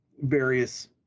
various